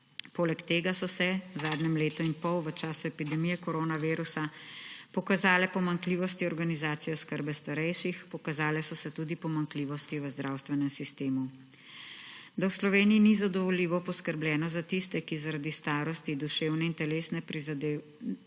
Poleg tega so se v zadnjem letu in pol v času epidemije koronavirusa pokazale pomanjkljivosti organizacije oskrbe starejših. Pokazale so se tudi pomanjkljivosti v zdravstvenem sistemu. Da v Sloveniji ni zadovoljivo poskrbljeno za tiste, ki zaradi starosti, duševne in telesne prizadetosti